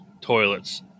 toilets